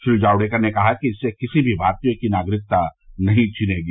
श्री जावडेकर ने कहा कि इससे किसी भी भारतीय की नागरिकता नहीं छिनेगी